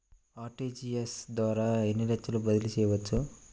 RTGS ద్వారా ఎన్ని లక్షలు బదిలీ చేయవచ్చు?